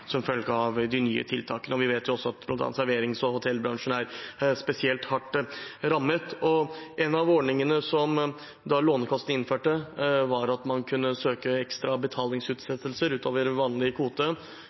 som følge av de nye tiltakene. Vi vet at bl.a. serverings- og hotellbransjen er spesielt hardt rammet. En av ordningene som Lånekassen innførte, var at man kunne søke om ekstra